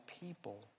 people